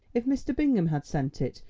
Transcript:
if mr. bingham had sent it,